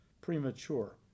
premature